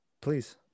Please